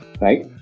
Right